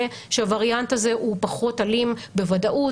שהווריאנט הזה הוא פחות אלים בוודאות,